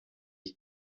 and